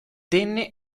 tenne